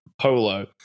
polo